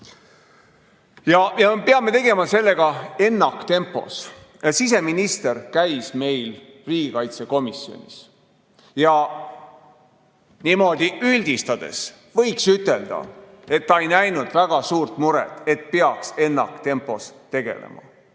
me peame tegelema sellega ennaktempos. Siseminister käis meil riigikaitsekomisjonis ja niimoodi üldistades võiks ütelda, et ta ei näinud väga suurt muret, et peaks ennaktempos sellega